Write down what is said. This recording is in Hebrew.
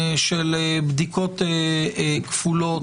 של בדיקות כפולות